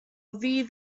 ddydd